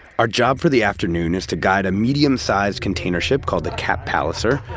our job for the afternoon is to guide a medium-sized container ship, called the cap palliser,